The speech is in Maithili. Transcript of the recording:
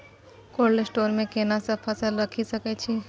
कोल्ड स्टोर मे केना सब फसल रखि सकय छी?